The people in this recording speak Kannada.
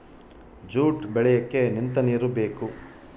ಜೂಟ್ ಬೆಳಿಯಕ್ಕೆ ನಿಂತ ನೀರು ಬೇಕು